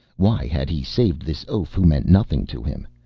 why had he saved this oaf who meant nothing to him?